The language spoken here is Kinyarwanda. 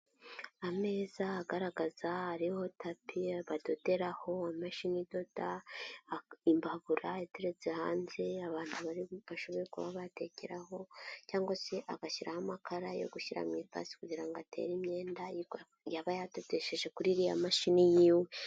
Ameza agaragaza hariho tapi badoderaho, imashini idoda, imbagura iteretse hanze, abantu bashoboye kuba batekeraho cyangwa se agashyiraho amakara yo gushyira mu ipasi kugira ngo atere imyenda, yaba yadodesheje kuri iriya mashini y'iwe.